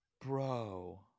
Bro